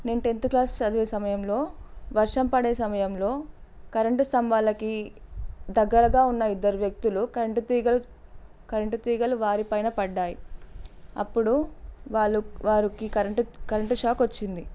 నేను tenth class చదువు సమయంలో వర్షం పడే సమయంలో కరెంటు స్తంభాలకి దగ్గరగా ఉన్న ఇద్దరు వ్యక్తులు కంటి తీగ కరెంటు తీగలు వారి పైన పడ్డాయి అప్పుడు వాళ్లు వారికి కరెంటు షాక్ వచ్చింది